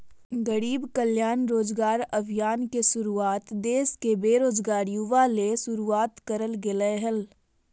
गरीब कल्याण रोजगार अभियान के शुरुआत देश के बेरोजगार युवा ले शुरुआत करल गेलय हल